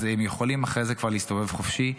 אז הם יכולים אחרי זה כבר להסתובב חופשי.